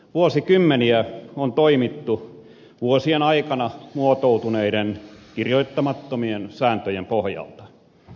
vuosikymmeniä on toimittu vuosien aikana muotoutuneiden kirjoittamattomien sääntöjen pohjalta